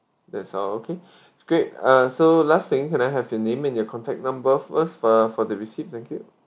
that's all okay great uh so last thing can I have your name and your contact number for us for for the receipt thank you